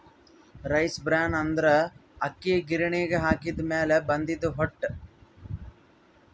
rice bran ಅಂದ್ರ ಅಕ್ಕಿ ಗಿರಿಣಿಗ್ ಹಾಕಿದ್ದ್ ಮ್ಯಾಲ್ ಬಂದಿದ್ದ್ ಹೊಟ್ಟ